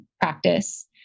practice